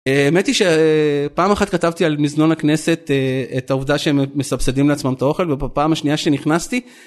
האמת היא שפעם אחת כתבתי על מזנון הכנסת את העובדה שהם מספסדים לעצמם את האוכל ופעם השנייה שנכנסתי.